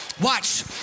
watch